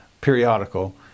periodical